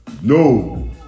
No